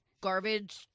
garbage